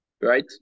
right